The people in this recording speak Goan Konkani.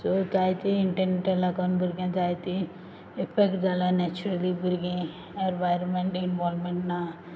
सो जायतीं इंटरनॅटा लागोन भुरग्यां जायतीं इफेक्ट जाला नेच्युरली भुरग्यां एन्वायरंमेन्ट इन्वोल्वमेन्ट ना